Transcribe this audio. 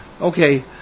Okay